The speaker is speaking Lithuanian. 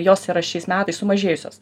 jos yra šiais metais sumažėjusios